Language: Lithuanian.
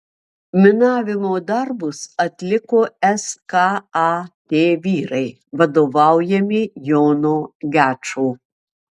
minavimo darbus atliko skat vyrai vadovaujami jono gečo